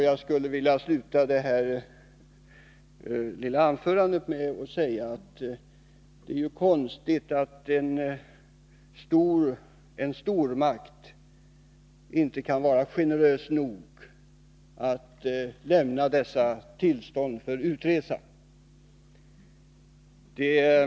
Jag skulle vilja sluta mitt korta anförande med att säga att det är konstigt att en stormakt inte kan vara så generös att den kan lämna tillstånd för utresa ide fall som det här gäller.